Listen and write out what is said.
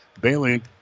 Bailey